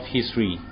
History